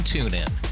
TuneIn